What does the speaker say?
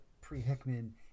pre-Hickman